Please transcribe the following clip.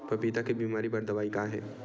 पपीता के बीमारी बर दवाई का हे?